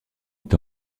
est